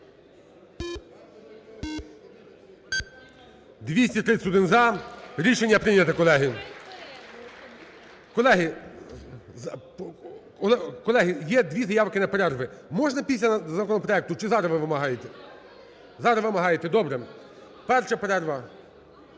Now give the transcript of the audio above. За-231 Рішення прийнято, колеги. Колеги, колеги, є дві заявки на перерви. Можна після законопроекту чи зараз ви вимагаєте? Зараз вимагаєте. Добре. Перша перерва…